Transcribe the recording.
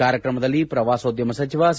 ಕಾರ್ಯಕ್ರಮದಲ್ಲಿ ಪ್ರವಾಸೋದ್ಯಮ ಸಚಿವ ಸಿ